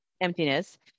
emptiness